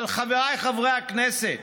אבל חבריי חברי הכנסת,